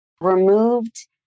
removed